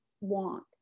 want